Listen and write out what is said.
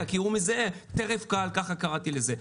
כי הוא מזהה טרף קל ככה קראתי לזה.